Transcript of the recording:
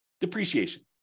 depreciation